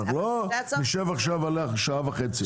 אנחנו לא נשב עכשיו עלייך שעה וחצי.